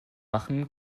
machen